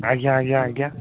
ଆଜ୍ଞା ଆଜ୍ଞା ଆଜ୍ଞା